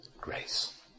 grace